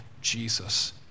jesus